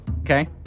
okay